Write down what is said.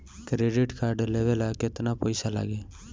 Credit card लेवे ला केतना पइसा लागी?